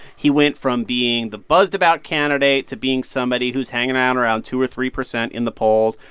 he went from being the buzzed-about candidate to being somebody who's hanging out around two or three percent in the polls,